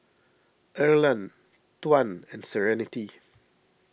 Erland Tuan and Serenity